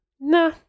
Nah